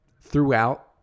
throughout